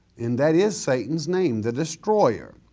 and that is satan's name, the destroyer.